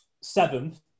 Seventh